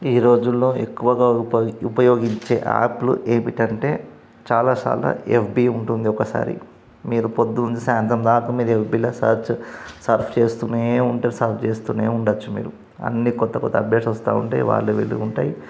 ఈరోజులలో ఎక్కువగా ఉపయోగించే యాప్లు ఏమిటంటే చాలాసార్లు ఎఫ్బి ఉంటుంది ఒకసారి మీరు పొద్దున్న నుంచి సాయంత్రం దాకా మీరు ఎఫ్బిల సర్చ్ సర్చ్ చేస్తు ఉంటే సర్చ్ చేస్తు ఉండచ్చు మీరు అన్నీ కొత్త కొత్త అప్డేట్స్ వస్తు ఉంటాయి వాళ్ళు వీళ్ళవి ఉంటాయి